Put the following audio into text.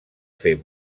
fer